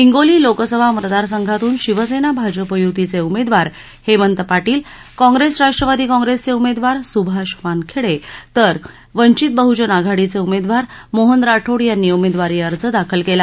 हिंगोली लोकसभा मतदारसंघातून शिवसेना भाजप यूतीचे उमेदवार हेमंत पाटील कॉप्रेस राष्ट्रवादी कॉप्रेसचे उमेदवार सुभाष वानखेडे तर वंचित बहजन आघाडीचे उमेदवार मोहन राठोड यांनी उमेदवारी अर्ज दाखल केला